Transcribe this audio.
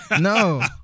no